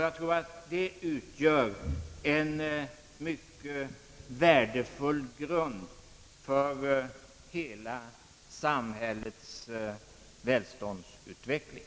Jag tror att det utgör en mycket värdefull grund för hela samhällets välståndsutveckling.